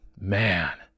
Man